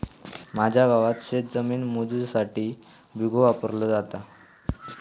माझ्या गावात शेतजमीन मोजुसाठी बिघो वापरलो जाता